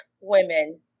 women